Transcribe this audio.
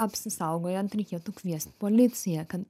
apsisaugojant reikėtų kviest policiją kad